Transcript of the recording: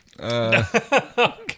Okay